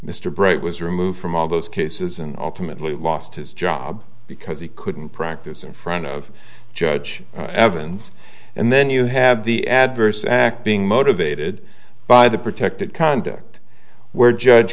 mr bright was removed from all those cases and ultimately lost his job because he couldn't practice in front of judge evans and then you have the adverse act being motivated by the protected conduct where judge